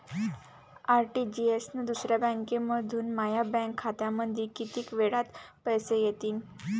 RTGS न दुसऱ्या बँकेमंधून माया बँक खात्यामंधी कितीक वेळातं पैसे येतीनं?